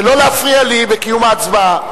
ולא להפריע לי בקיום ההצבעה.